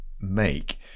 make